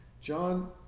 John